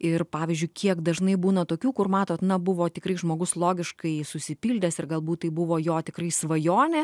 ir pavyzdžiui kiek dažnai būna tokių kur matot na buvo tikrai žmogus logiškai jis užsipildęs ir galbūt tai buvo jo tikrai svajonė